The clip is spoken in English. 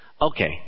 Okay